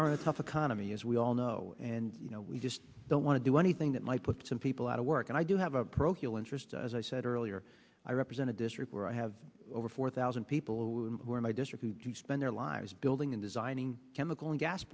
economy as we all know and we just don't want to do anything that might put some people out of work and i do have a procul interest as i said earlier i represent a district where i have over four thousand people who were in my district who spend their lives building and designing chemical and gas